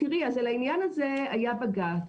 תראי, על העניין הזה היה בג"צ.